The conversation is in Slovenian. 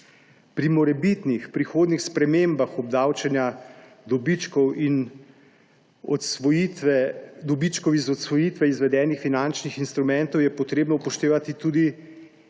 Pri morebitnih prihodnjih spremembah obdavčenja dobičkov in dobičkov iz odsvojitve izvedenih finančnih instrumentov je potrebno upoštevati tudi,